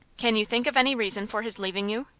can you think of any reason for his leaving you?